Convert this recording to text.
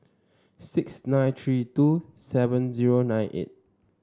six nine three two seven zero nine eight